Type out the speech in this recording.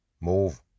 Move